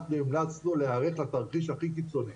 אנחנו המלצנו להיערך לתרחיש הכי קיצוני,